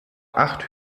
acht